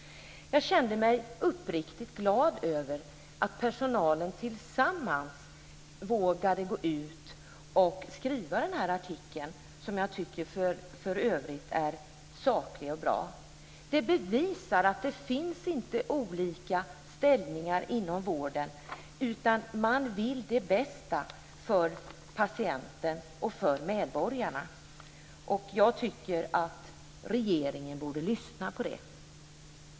Jag kände mig uppriktigt glad över att personalen tillsammans vågade gå ut med den här artikeln, som jag tycker för övrigt är saklig och bra. Det visar att det inte finns olika ställningstaganden inom vården, utan man vill det bästa för patienterna och för medborgarna. Jag tycker att regeringen borde lyssna på detta.